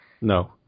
No